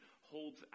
holds